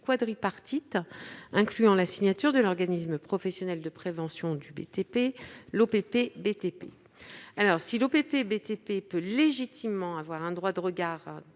quadripartite incluant la signature de l'organisme professionnel de prévention du BTP, l'OPPBTP. Si l'OPPBTP peut légitimement avoir un droit de regard